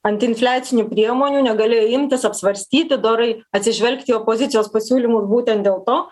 antiinfliacinių priemonių negalėjo imtis apsvarstyti dorai atsižvelgt į opozicijos pasiūlymų būtent dėl to